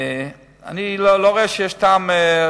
אני לא רואה שיש טעם,